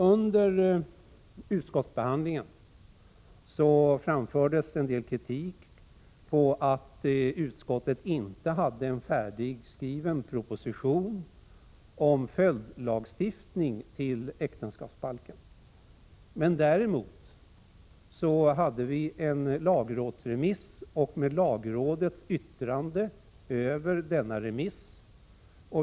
Under utskottsbehandlingen framfördes en del kritik mot att utskottet inte hade en färdigskriven proposition om följdlagstiftning till äktenskapsbalken. Däremot hade vi en lagrådsremiss med lagrådets yttrande.